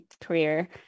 career